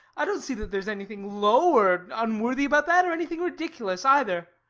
i don't see that there's anything low or unworthy about that, or anything ridiculous either.